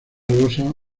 losa